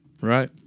Right